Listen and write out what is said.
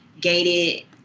gated